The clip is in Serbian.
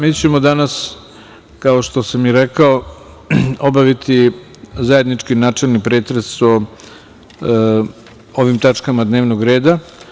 Mi ćemo danas kao što sam i rekao obaviti zajednički načelni pretres o ovim tačkama dnevnog reda.